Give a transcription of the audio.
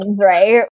right